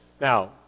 Now